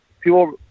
people